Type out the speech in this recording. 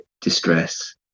distress